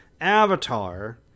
avatar